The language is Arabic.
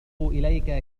إليك